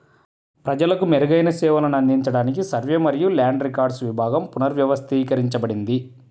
ప్రజలకు మెరుగైన సేవలను అందించడానికి సర్వే మరియు ల్యాండ్ రికార్డ్స్ విభాగం పునర్వ్యవస్థీకరించబడింది